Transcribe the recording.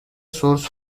source